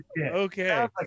Okay